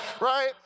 right